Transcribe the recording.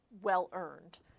well-earned